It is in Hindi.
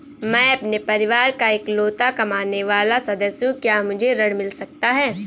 मैं अपने परिवार का इकलौता कमाने वाला सदस्य हूँ क्या मुझे ऋण मिल सकता है?